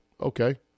okay